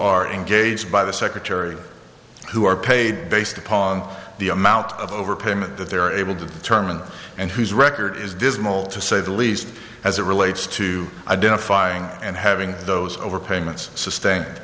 are engaged by the secretary who are paid based upon the amount of overpayment that they are able to determine and whose record is dismal to say the least as it relates to identifying and having those overpayments sustained